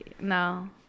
No